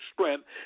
strength